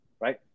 right